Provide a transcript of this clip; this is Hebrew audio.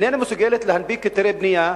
להנפיק היתרי בנייה,